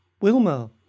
Wilma